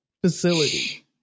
facility